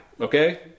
Okay